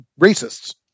racists